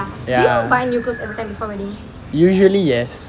ya usually yes